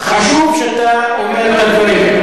חשוב שאתה אומר את הדברים.